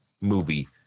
movie